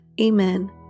Amen